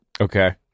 Okay